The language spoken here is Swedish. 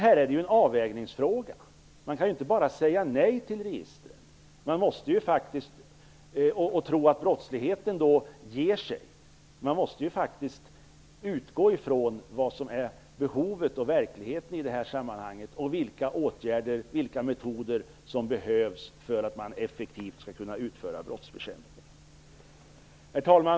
Här är det dock en avvägningsfråga. Man kan inte bara säga nej till register och tro att brottsligheten då ger sig. Man måste utgå från behovet och från verkligheten i det här sammanhanget. Man måste också utgå från vilka åtgärder och metoder som behövs för att man effektivt skall kunna utföra brottsbekämpning. Herr talman!